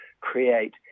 create